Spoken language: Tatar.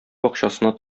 бакчасына